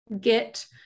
get